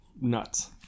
Nuts